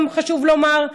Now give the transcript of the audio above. חשוב לומר.